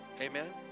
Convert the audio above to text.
Amen